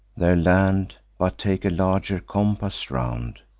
there land but take a larger compass round,